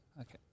Okay